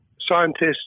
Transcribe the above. Scientists